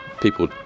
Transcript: people